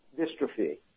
dystrophy